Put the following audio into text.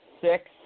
six